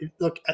look